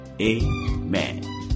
Amen